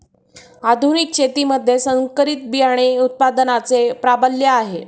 आधुनिक शेतीमध्ये संकरित बियाणे उत्पादनाचे प्राबल्य आहे